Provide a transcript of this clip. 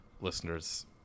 listeners